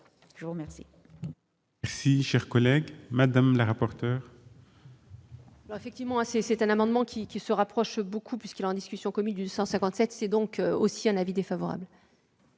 à vous remercier